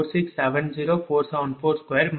46704742 2